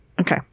Okay